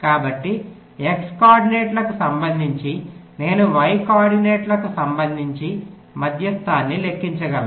కాబట్టి x కోఆర్డినేట్లకు సంబంధించి నేను y కోఆర్డినేట్లకు సంబంధించి మధ్యస్థాన్ని లెక్కించగలను